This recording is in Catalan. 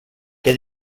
què